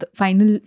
final